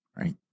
right